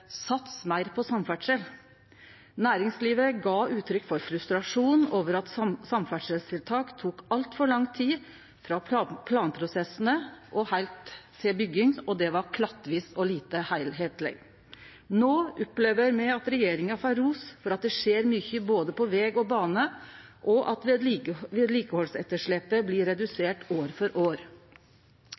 Sats meir på samferdsel. Næringslivet gav uttrykk for frustrasjon over at samferdselstiltak tok altfor lang tid frå planprosessar til bygging, som var klattvis og lite heilskapleg. No opplever me at regjeringa får ros for at det skjer mykje både på veg og bane, og at vedlikehaldsetterslepet blir redusert år for år.